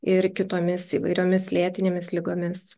ir kitomis įvairiomis lėtinėmis ligomis